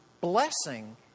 blessing